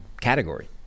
category